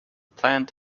plant